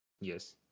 Yes